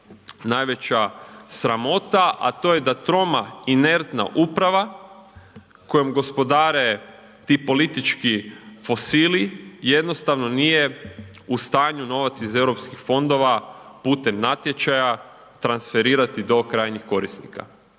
najveća sramota a to je da troma i inertna uprava kojom gospodare ti politički fosili jednostavno nije u stanju novac iz eu fondova putem natječaja transferirati do krajnjih korisnika.